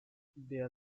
there